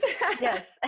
Yes